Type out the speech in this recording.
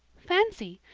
fancy.